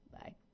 Bye